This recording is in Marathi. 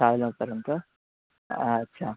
साडे च्या नंतर अच्छा